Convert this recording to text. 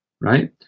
right